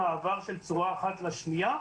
מעבר של צורה אחת לשנייה,